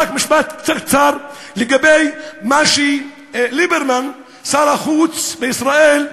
רק משפט קצרצר לגבי מה שליברמן, שר החוץ בישראל,